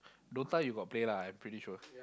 D_O_T_A you got play lah I'm pretty sure